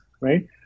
right